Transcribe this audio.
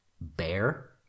bear